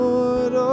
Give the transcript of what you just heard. Lord